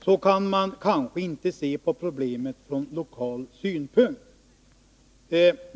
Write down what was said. Så kan man kanske inte se på problemet från lokal synpunkt.